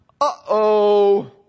uh-oh